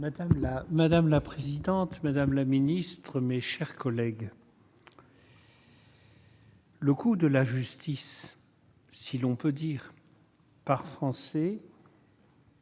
madame la présidente, madame la ministre, mes chers collègues. Le coup de la justice, si l'on peut dire par Français.